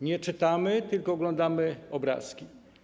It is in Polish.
Nie czytamy, tylko oglądamy obrazki.